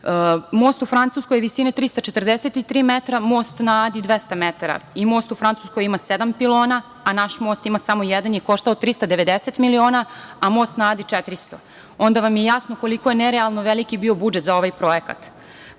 most u Francuskoj visine 343 metra, most na Adi 200 metara i most u Francuskoj ima sedam pilona, a naš most ima samo jedan i koštao je 390 miliona, a most na Adi 400, onda vam je jasno koliko je nerealno veliki bio budžet za ovaj